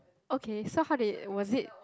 okay so how did was it